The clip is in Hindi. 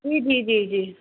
जी जी जी जी